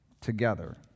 together